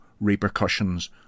repercussions